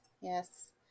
yes